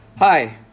Hi